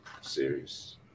series